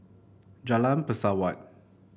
Jalan Pesawat